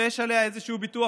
ויש עליה איזשהו ביטוח,